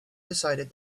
decided